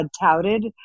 touted